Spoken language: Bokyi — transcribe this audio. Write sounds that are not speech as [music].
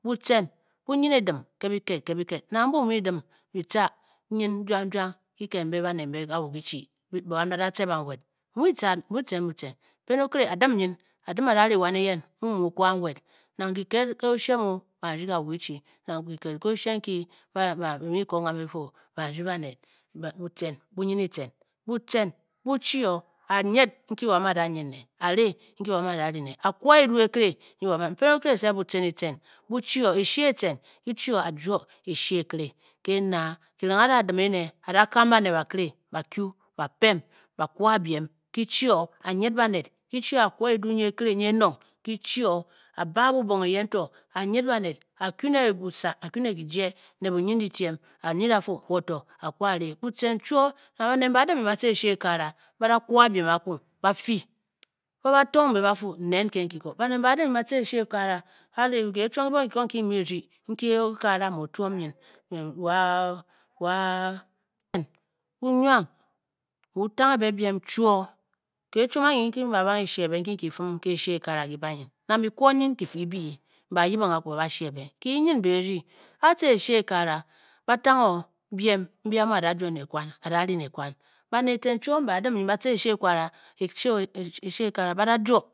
Butcen bu-nyin n edim ke byikat ke byikat nang mbu bi mu dim bi tca nyin juangjuang ke kiked mbe baned mbe kawu kichi, buan ba da tce banwed bi mu bi tca bi mu tcen butcen. mpen okire a dim nyin a dim a da ri wan eyen mu mu o kwa nwed, nang ke oshie mu ban rdyi kawu kichi nang kiked ke oshie nki bi mu koong kambe bi fu ban ryui baned, butcen bunyin etcen. butcen bu chi o a nyid nki a mu a da-nyid ne a ri nki a mu a da a ri ne, a kwa edu ekire nyi wo a mu, mpen okire sef butcen etcen, eshie etcen e chi o a juo eshie ekire ke naa kireng a da dim ene a da kam baned bakire, ba kyu, ba pem. ba kwa biem, ki chi o a nyid baned ki chi o a kwa edu nyi ekire nyi enong ki chi o a baa bubong eyen to, a nyid baned, a kyu ne busa akyu ne kije. ne bunyindyitiem a nyid a fu wo to a kwu a ri. butcen chwoo, nang baned mbe ba-dim nyin batca eshe okakara ba da kwa biem akwu ba fyi ba ba tong be ba fu nen nke nki koo. baned mbe ba dim nyin ba tca eshe ekagara a ri kee chiom kibonghe nki ko nki bi mu birdying nki okagara mu o tuom nyin wa [hesitation] bu nwang bu bu tanghe biem chwoo, ke chiom anki nki be a banghe e shee be nki nki ki fum ke eshie ekagara ne ki ba nyin, nang a kwon nyin ki fii kibyi ba yibing akwu ba banghe shie be, ki ki nyin be e rdyi. a tce eshie ekagara ba tanghe o biem mbi mu a da-juo ne kwan, a da a-ri ne kwan baned eten chwoo mba dim nyin ba tca eshie okagara [unintelligible] ekagara ba da juo.